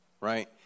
right